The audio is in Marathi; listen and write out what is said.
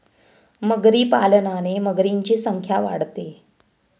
मगरी पालनाने मगरींची संख्या वाढते